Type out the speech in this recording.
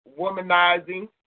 womanizing